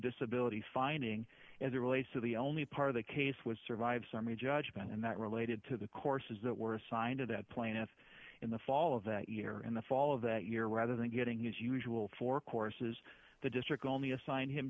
disability finding as it relates to the only part of the case was survive summary judgment and that related to the courses that were assigned to that plaintiff in the fall of that year in the fall of that year rather than getting as usual for courses the district only assigned him